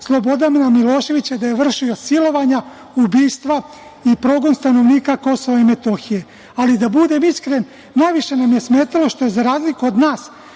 Slobodana Miloševića da je vršio silovanja, ubistva i progon stanovnika KiM, ali da budem iskren najviše nam je smetalo što za razliku od nas